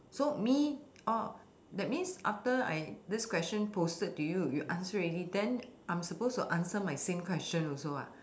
so me oh that means after I this question posted to you you answer ready then I'm supposed to answer my same question also ah